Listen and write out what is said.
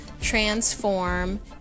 transform